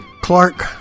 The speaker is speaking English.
Clark